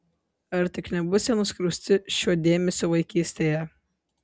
ar tik nebus jie nuskriausti šiuo dėmesiu vaikystėje